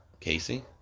Casey